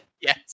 Yes